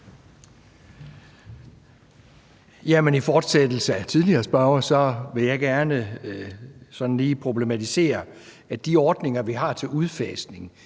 Jamen i fortsættelse af den tidligere spørger vil jeg gerne sådan lige problematisere, at de ordninger, vi har til udfasning,